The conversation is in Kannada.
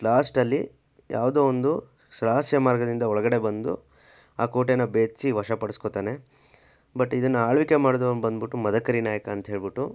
ಲಾಸ್ಟಲ್ಲಿ ಯಾವುದೋ ಒಂದು ರಹಸ್ಯ ಮಾರ್ಗದಿಂದ ಒಳಗಡೆ ಬಂದು ಆ ಕೋಟೆನ ಭೇದಿಸಿ ವಶಪಡ್ಸ್ಕೊತಾನೆ ಬಟ್ ಇದನ್ನು ಆಳ್ವಿಕೆ ಮಾಡಿದವನು ಬಂದು ಬಿಟ್ಟು ಮದಕರಿ ನಾಯಕ ಅಂತ ಹೇಳಿಬಿಟ್ಟು